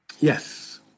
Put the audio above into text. Yes